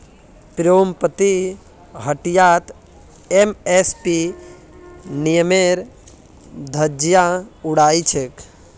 पीरपैंती हटियात एम.एस.पी नियमेर धज्जियां उड़ाई छेक